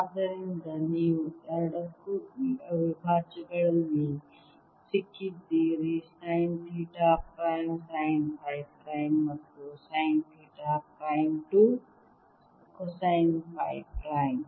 ಆದ್ದರಿಂದ ನೀವು ಎರಡಕ್ಕೂ ಈ ಅವಿಭಾಜ್ಯಗಳಲ್ಲಿ ಸಿಕ್ಕಿದ್ದೀರಿ sine theta prime sine phi prime ಮತ್ತು sine theta prime to cosine phi prime